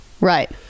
Right